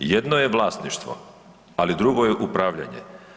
Jedno je vlasništvo, ali drugo je upravljanje.